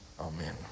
Amen